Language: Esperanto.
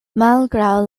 malgraŭ